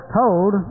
told